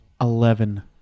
eleven